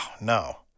no